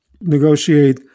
negotiate